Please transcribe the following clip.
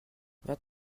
vingt